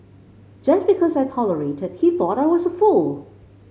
just because I tolerated he thought I was a fool